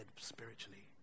spiritually